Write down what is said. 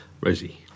Rosie